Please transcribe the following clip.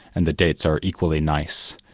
and the dates are equally nice.